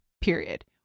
Period